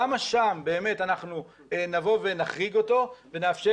למה שם באמת אנחנו נחריג אותו ונאפשר